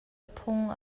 phung